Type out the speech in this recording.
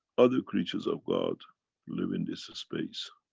other creatures of god live in this space,